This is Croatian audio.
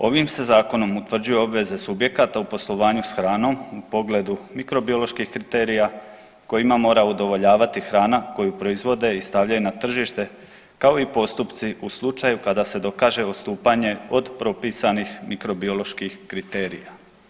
Ovim se zakonom utvrđuju obveze subjekata u poslovanju s hranom u pogledu mikrobioloških kriterija kojima mora udovoljavati hrana koju proizvode i stavljaju na tržište kao i postupci u slučaju kada se dokaže odstupanje od propisanih mikrobioloških kriterija.